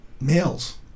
males